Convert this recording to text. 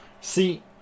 see